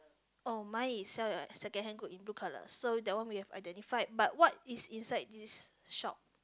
oh mine is sell your secondhand good in blue colour so that one we have identified but what is inside this shop